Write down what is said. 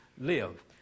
live